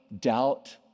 doubt